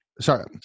Sorry